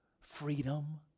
freedom